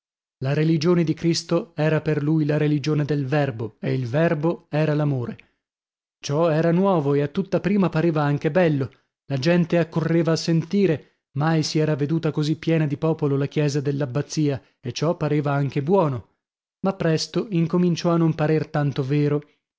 la religione di cristo era per lui la religione del verbo e il verbo era l'amore ciò era nuovo e a tutta prima pareva anche bello la gente accorreva a sentire mai si era veduta così piena di popolo la chiesa dell'abbazia e ciò pareva anche buono ma presto incominciò a non parer tanto vero